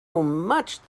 much